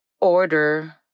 order